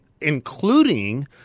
including